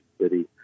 City